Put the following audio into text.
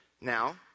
Now